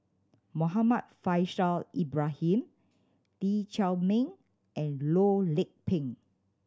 Muhammad Faishal Ibrahim Lee Chiaw Meng and Loh Lik Peng